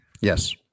Yes